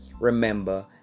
Remember